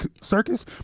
circus